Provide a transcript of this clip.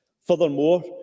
Furthermore